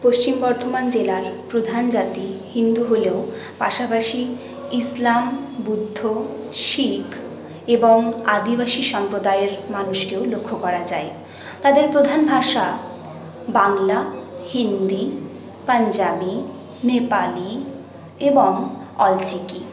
পশ্চিম বর্ধমান জেলার প্রধান জাতি হিন্দু হলেও পাশাপাশি ইসলাম বুদ্ধ শিখ এবং আদিবাসী সম্প্রদায়ের মানুষকেও লক্ষ্য করা যায় তাদের প্রধান ভাষা বাংলা হিন্দি পাঞ্জাবি নেপালি এবং অলচিকি